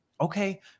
Okay